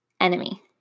enemy